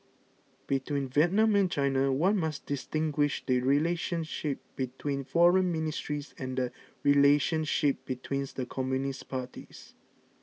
between Vietnam and China one must distinguish the relationship between foreign ministries and the relationship between the communist parties